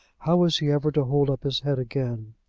how was he ever to hold up his head again?